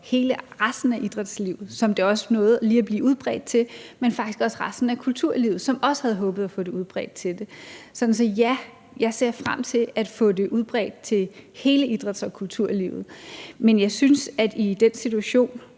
hele resten af idrætslivet, som det også lige nåede at blive udbredt til, og faktisk også resten af kulturlivet, som også havde håbet at få det udbredt. Så ja, jeg ser frem til at få det udbredt til hele idræts- og kulturlivet. Men jeg synes, at i den situation,